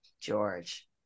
George